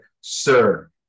sir